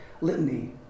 Litany